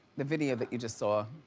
the video that you just saw,